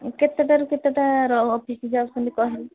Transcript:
କେତେଟାରୁ କେତେଟା ଅଫିସ ଯାଉଛନ୍ତି